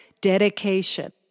dedication